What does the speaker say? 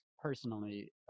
personally